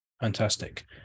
Fantastic